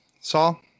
Saul